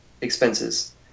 expenses